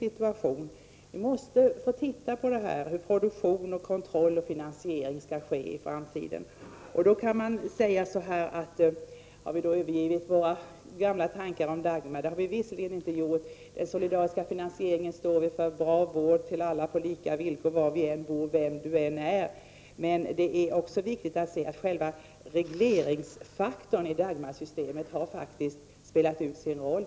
Vi måste se över hur produktion, kontroll och finansiering skall ske i framtiden. Har vi då övergivit våra gamla tankar om Dagmar? Det har vi visserligen inte gjort. Vi står fortfarande för den solidariska finansieringen, som skall ge bra vård till alla på lika villkor var vi än bor och vem vi än är. Men det är också viktigt att se att själva regleringsfaktorn i Dagmarsystemet faktiskt har spela ut sin roll.